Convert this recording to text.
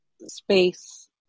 space